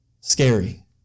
scary